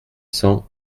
cents